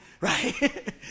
Right